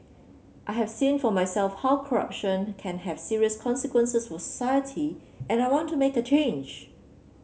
I have seen for myself how corruption can have serious consequences was society and I want to make a change